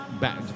bad